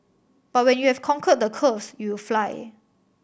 but when you have conquered the curves you will fly